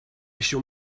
shall